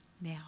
now